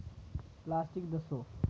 plastic दस्सो